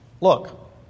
Look